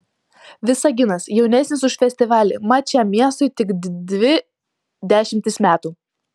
visaginas jaunesnis už festivalį mat šiam miestui tik dvi dešimtys metų